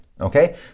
okay